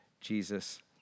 Jesus